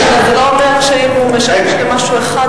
זה לא אומר שאם הוא משמש למשהו אחד,